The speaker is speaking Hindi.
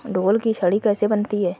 ढोल की छड़ी कैसे बनती है?